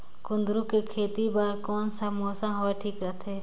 कुंदूरु के खेती बर कौन सा मौसम हवे ठीक रथे?